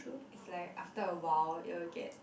is like after a while it will get